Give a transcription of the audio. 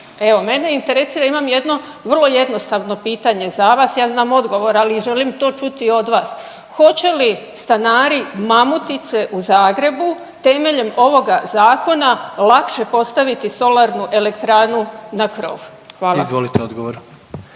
Evo, mene interesira imam jedno vrlo jednostavno pitanje za vas, ja znam odgovor ali želim to čuti od vas. Hoće li stanari Mamutice u Zagrebu temeljem ovoga zakona lakše postaviti solarnu elektranu na krov? Hvala. **Jandroković,